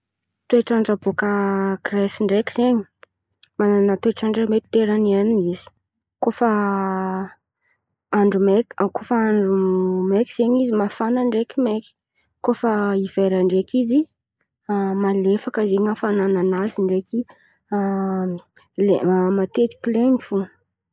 Toetrandra baka giresy ndreky zen̈y manana toetran-dra meteriany izy, koa fa andro meky koa fa andro meky zen̈y izy mafana ndreky meky. Koa fa hivelany ndreky izy malefaka zen̈y afanana nazy ndreky lay matetiky len̈y fo.